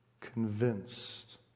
convinced